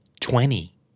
twenty